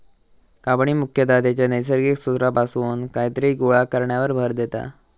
कापणी मुख्यतः त्याच्या नैसर्गिक स्त्रोतापासून कायतरी गोळा करण्यावर भर देता